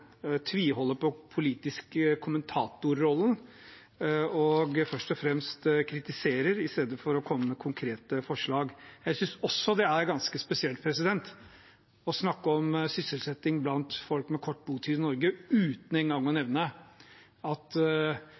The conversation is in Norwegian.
på en politisk kommentatorrolle, der man først og fremst kritiserer i stedet for å komme med konkrete forslag. Jeg synes også det er ganske spesielt å snakke om sysselsetting blant folk med kort botid i Norge uten engang å nevne at